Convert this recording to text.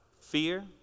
Fear